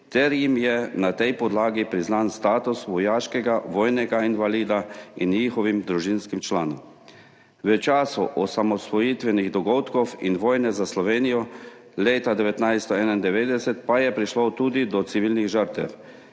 ter jim je na tej podlagi priznan status vojaškega vojnega invalida, in njihovim družinskim članom. V času osamosvojitvenih dogodkov in vojne za Slovenijo leta 1991 pa je prišlo tudi do civilnih žrtev,